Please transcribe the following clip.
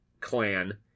clan